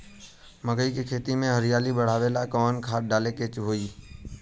मकई के खेती में हरियाली बढ़ावेला कवन खाद डाले के होई?